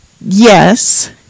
Yes